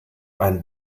ein